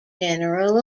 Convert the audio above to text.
general